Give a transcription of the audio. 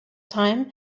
time